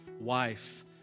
wife